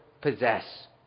possess